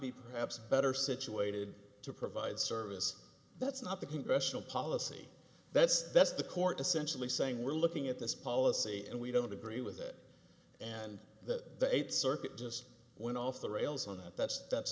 be perhaps better situated to provide service that's not the congressional policy that's that's the court essentially saying we're looking at this policy and we don't agree with it and the circuit just went off the rails on that that's